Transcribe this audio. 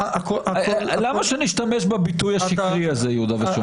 למה שנשתמש בביטוי השקרי הזה יהודה ושומרון?